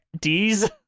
D's